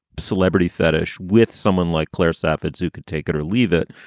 celebrity fetish with someone like claire stoppard's who could take it or leave it.